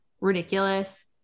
ridiculous